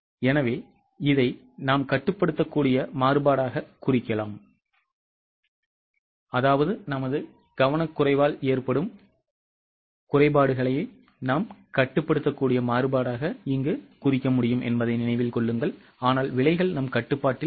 எனவே இதை நாம் கட்டுப்படுத்தக்கூடிய மாறுபாடாகக் குறிக்கலாம் ஆனால் விலைகள் நம் கட்டுப்பாட்டில் இல்லை